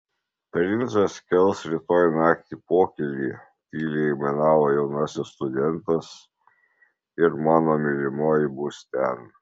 princas kels rytoj naktį pokylį tyliai aimanavo jaunasis studentas ir mano mylimoji bus ten